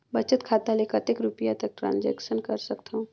बचत खाता ले कतेक रुपिया तक ट्रांजेक्शन कर सकथव?